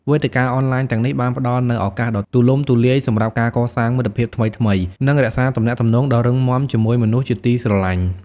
វេទិកាអនឡាញទាំងនេះបានផ្តល់នូវឱកាសដ៏ទូលំទូលាយសម្រាប់ការកសាងមិត្តភាពថ្មីៗ និងរក្សាទំនាក់ទំនងដ៏រឹងមាំជាមួយមនុស្សជាទីស្រឡាញ់។